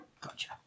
Gotcha